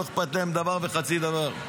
לא אכפת להם דבר וחצי דבר.